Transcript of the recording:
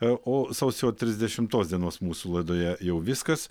o sausio trisdešimos dienos mūsų laidoje jau viskas